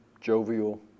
jovial